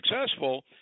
successful